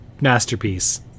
masterpiece